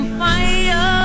fire